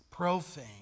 Profane